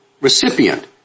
recipient